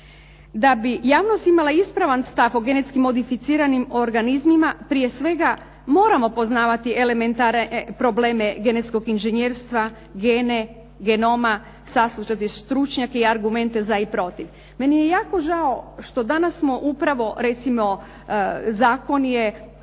Da bi javnost imala ispravan stav o genetski modificiranim organizmima prije svega moramo poznavati elementarne probleme genetskog inžinjerstva, gene, genoma, saslušati stručnjake i argumente za i protiv. Meni je jako žao što danas smo upravo, recimo zakon